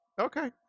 Okay